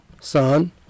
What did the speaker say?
son